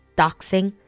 doxing